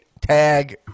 tag